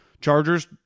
Chargers